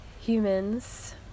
humans